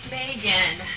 Megan